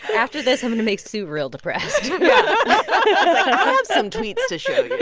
after this, i'm going to make sue real depressed yeah i have some tweets to show yeah